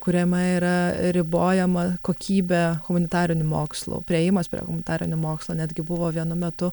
kuriame yra ribojama kokybė humanitarinių mokslų priėjimas prie humanitarinių mokslų netgi buvo vienu metu